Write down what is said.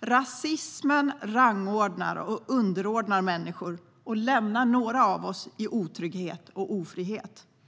Rasism rangordnar och underordnar människor och lämnar några av oss i otrygghet och ofrihet.